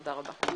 תודה רבה.